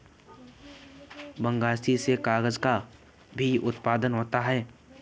बगासी से कागज़ का भी उत्पादन होता है